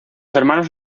hermanos